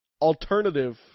alternative